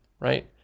right